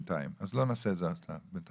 אז לא נעשה את זה עדיין,